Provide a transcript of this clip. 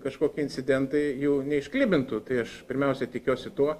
kažkokie incidentai jų neišklibintų tai aš pirmiausiai tikiuosi tuo